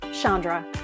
Chandra